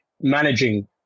managing